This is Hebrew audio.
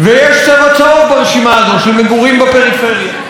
ויש צבע צהוב ברשימה הזאת, של מגורים בפריפריה.